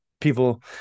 people